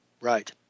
Right